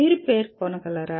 మీరు పేర్కొనగలరా